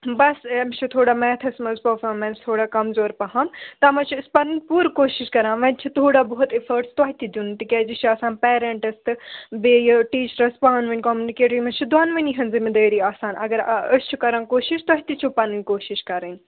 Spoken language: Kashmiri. بَس أمِس چھِ تھوڑا میتھَس منٛز پٔفامٮ۪نٕس تھوڑا کمزور پَہَم تَتھ منٛز چھِ أسۍ پَنٕنۍ پوٗرٕ کوٗشِش کران وۄنۍ چھِ تھوڑا بہت اِفٲٹس تۄہہِ تہِ دیُن تِکیٛازِ یہِ چھِ آسان پیرَنٹَس تہٕ بیٚیہِ ٹیٖچرَس پانہٕ ؤنۍ کامنِکیٹ یِمَن چھِ دۄنؤنی ہٕنٛز زِمہِ دٲری آسان اگر آ أسۍ چھِ کران کوٗشِش تۄہہِ تہِ چھو پَنٕنۍ کوٗشِش کَرٕنۍ